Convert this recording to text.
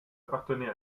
appartenait